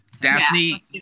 Daphne